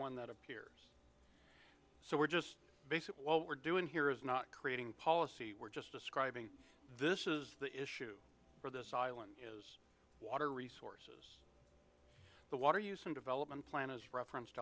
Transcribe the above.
one that appear so we're just basically what we're doing here is not creating policy we're just describing this is the issue for this island is water resources the water use and development plan is referenced